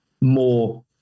more